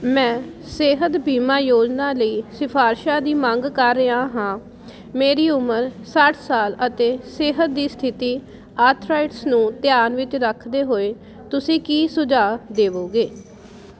ਮੈਂ ਸਿਹਤ ਬੀਮਾ ਯੋਜਨਾ ਲਈ ਸਿਫਾਰਸ਼ਾਂ ਦੀ ਮੰਗ ਕਰ ਰਿਹਾ ਹਾਂ ਮੇਰੀ ਉਮਰ ਸੱਠ ਸਾਲ ਅਤੇ ਸਿਹਤ ਦੀ ਸਥਿਤੀ ਆਥਰਾਈਟਸ ਨੂੰ ਧਿਆਨ ਵਿੱਚ ਰੱਖਦੇ ਹੋਏ ਤੁਸੀਂ ਕੀ ਸੁਝਾਅ ਦੇਵੋਗੇ